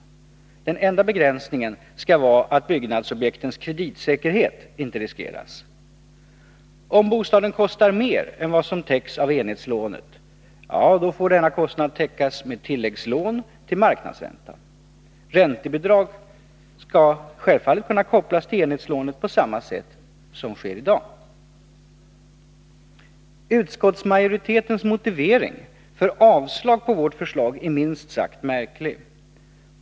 Den enda begränsningen skall vara att byggnadsobjektens kreditsäkerhet inte riskeras. Om bostaden kostar mer än vad som täcks av enhetslånet, får denna kostnad täckas med tilläggslån till marknadsränta. Räntebidrag skall självfallet kunna kopplas till enhetslånet på samma sätt som sker i dag. Utskottsmajoritetens motivering för avstyrkande av vårt förslag är minst sagt märklig.